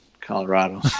Colorado